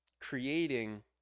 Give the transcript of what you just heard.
Creating